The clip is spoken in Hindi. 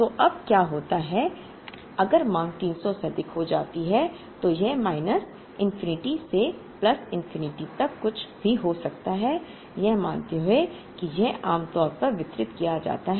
तो अब क्या होता है अगर मांग 300 से अधिक हो जाती है या यह माइनस इनफिनिटी से प्लस इन्फिनिटी तक कुछ भी हो सकता है यह मानते हुए कि यह आम तौर पर वितरित किया जाता है